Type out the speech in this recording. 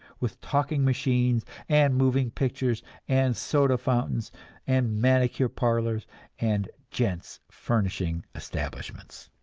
with talking machines and moving pictures and soda fountains and manicure parlors and gents' furnishing establishments.